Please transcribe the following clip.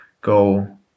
go